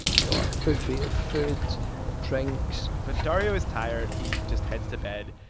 you know, a buffet of food and drinks but dario was tired. he just heads to bed.